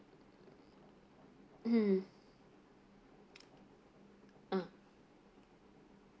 hmm uh